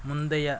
முந்தைய